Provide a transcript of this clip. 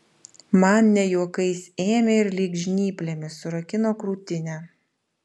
man ne juokais ėmė ir lyg žnyplėmis surakino krūtinę